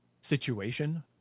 situation